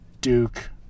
Duke